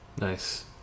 Nice